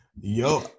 yo